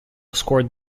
scored